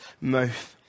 mouth